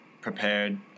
prepared